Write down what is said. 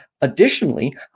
additionally